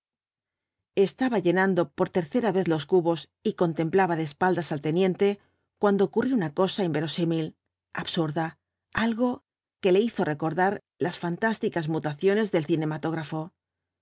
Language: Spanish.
estaba llenando por tercera vez los cubos y contemplaba de espaldas al teniente cuando ocurrió una cosa inverosímil absurda algo que le hizo recordar las fantásticas mutaciones del cinematógrafo